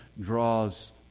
draws